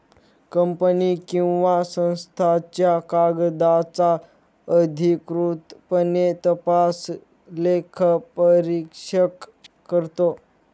company किंवा संस्थांच्या कागदांचा अधिकृतपणे तपास लेखापरीक्षक करतो